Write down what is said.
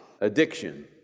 addiction